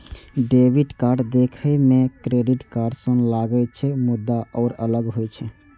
debit card देखै मे credit card सन लागै छै, मुदा ओ अलग होइ छै